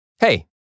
Hey